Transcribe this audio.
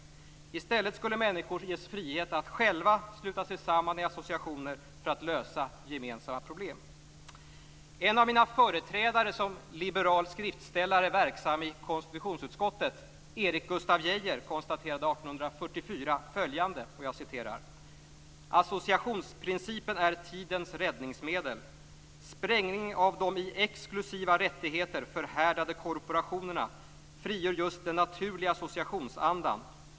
I stället skulle människor ges frihet att själva sluta sig samman i associationer för att lösa gemensamma problem. En av mina företrädare som liberal skriftställare, verksam i konstitutionsutskottet, Erik Gustaf Geijer konstaterade 1844 följande: "Associationsprincipen är tidens räddningsmedel. - Sprängningen av de i exklusiva rättigheter förhärdade korporationerna frigör just den naturliga associationsandan.